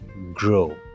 grow